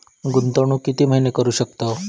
गुंतवणूक किती महिने करू शकतव?